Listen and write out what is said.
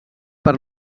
per